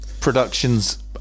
productions